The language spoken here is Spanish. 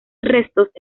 restos